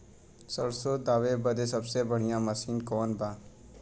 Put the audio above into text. सरसों दावे बदे सबसे बढ़ियां मसिन कवन बा?